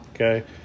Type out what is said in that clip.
okay